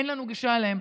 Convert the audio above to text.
אין לנו גישה אליהם.